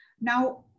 Now